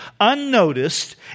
unnoticed